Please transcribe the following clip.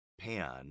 pan